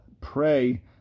pray